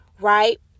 right